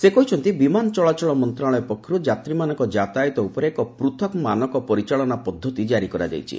ସେ କହିଛନ୍ତି ବିମାନ ଚଳାଚଳ ମନ୍ତ୍ରଣାଳୟ ପକ୍ଷରୁ ଯାତ୍ରୀମାନଙ୍କ ଯାତାୟତ ଉପରେ ଏକ ପୂଥକ୍ ମାନକ ପରିଚାଳନା ପଦ୍ଧତି ଜାରି କରାଯାଇଛି